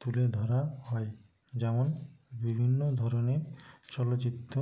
তুলে ধরা হয় যেমন বিভিন্ন ধরনের চলচ্চিত্র